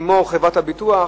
כמו חברת ביטוח.